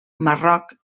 marroc